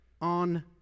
on